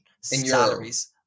salaries